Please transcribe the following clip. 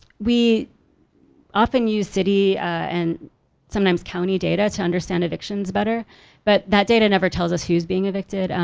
we often use city and sometimes county data to understand evictions better but that data never tells us who's being evicted.